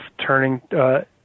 turning –